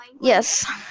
Yes